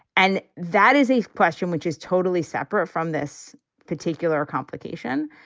and that is a question which is totally separate from this particular complication.